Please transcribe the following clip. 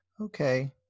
Okay